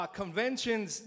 conventions